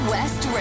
West